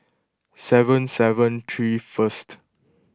seven seven three first